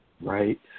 right